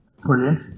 Brilliant